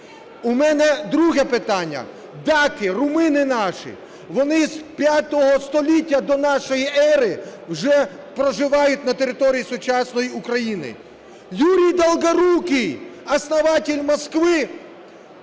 У мене друге питання. Даки, румуни наші, вони з V століття до нашої ери вже проживають на території сучасної України. Юрий Долгорукий, основатель Москвы,